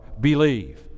believe